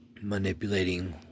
Manipulating